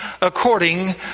according